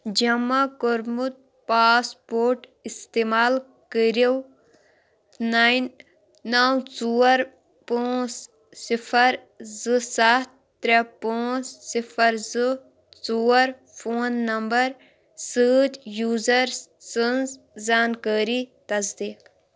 جمع کوٚرمُت پاسپوٹ اِستعمال کٔرو نایِن نَو ژور پانٛژھ صِفَر زٕ سَتھ ترٛےٚ پانٛژھ صِفَر زٕ ژور فون نمبَر سۭتۍ یوٗزَر سٕنٛز زانٛکٲری تصدیٖق